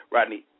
Rodney